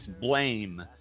blame